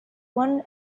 one